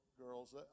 girls